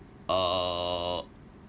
uh